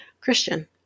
Christian